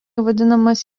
vadinamas